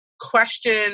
question